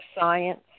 science